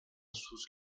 sus